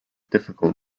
difficult